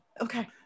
okay